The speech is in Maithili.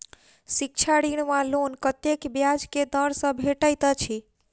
शिक्षा ऋण वा लोन कतेक ब्याज केँ दर सँ भेटैत अछि?